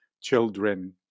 children